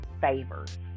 favors